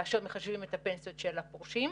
כאשר מחשבים את הפנסיות של הפורשים.